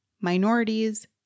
minorities